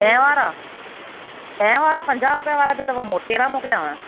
ॾहें वारा ॾहें वारा पंजाहु रुपयनि वारा बि अथव मूं वटि कहिड़ा मोकिलियांव